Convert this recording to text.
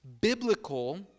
biblical